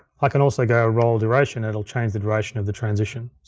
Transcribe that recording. i can also go roll duration, it'll change the duration of the transition.